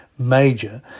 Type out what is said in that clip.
Major